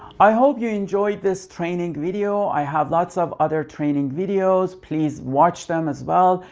i hope you enjoyed this training video i have lots of other training videos. please watch them as well.